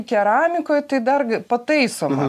keramikoj tai dar pataisoma